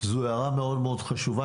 זו הערה מאוד מאוד חשובה,